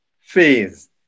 phase